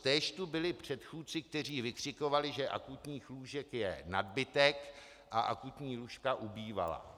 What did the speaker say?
Též tu byli předchůdci, kteří vykřikovali, že akutních lůžek je nadbytek, a akutní lůžka ubývala.